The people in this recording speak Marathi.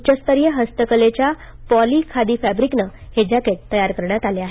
उच्च स्तरीय हस्तकलेनं पॉली खादी फॅब्रिकनं हे जॅकेट तयार करण्यात आले आहेत